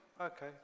Okay